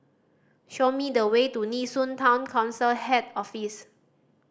show me the way to Nee Soon Town Council Head Office